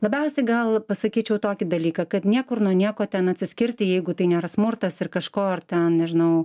labiausiai gal pasakyčiau tokį dalyką kad niekur nuo nieko ten atsiskirti jeigu tai nėra smurtas ir kažko ar ten nežinau